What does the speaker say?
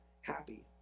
happy